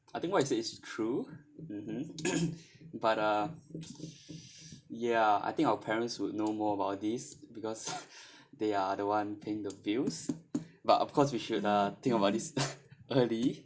I think what you said is true mmhmm but ah ya I think our parents would know more about this because they are the one paying the bills but of course we should uh think about this early